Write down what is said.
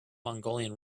mongolian